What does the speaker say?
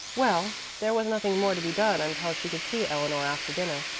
well, there was nothing more to be done until she could see eleanor after dinner.